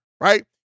right